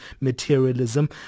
materialism